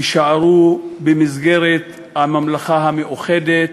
תישארו במסגרת הממלכה המאוחדת.